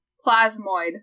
plasmoid